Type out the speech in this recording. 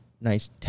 nice